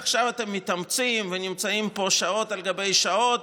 עכשיו אתם מתאמצים ונמצאים פה שעות על גבי שעות